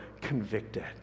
convicted